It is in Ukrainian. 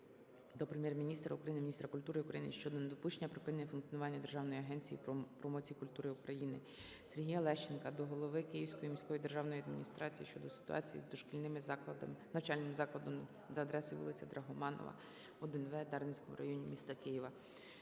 до Прем'єр-міністра України, міністра культури України щодо недопущення припинення функціонування Державної агенції промоції культури України. Сергія Лещенка до голови Київської міської державної адміністрації щодо ситуації з дошкільним навчальним закладом за адресою вулиця Драгоманова, 1-В у Дарницькому районі міста Києва.